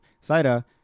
Saida